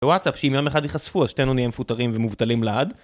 ווואטסאפ, שאם יום אחד ייחשפו, אז שנינו נהיה מפוטרים ומובטלים לעד.